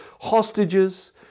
hostages